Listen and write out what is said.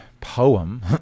poem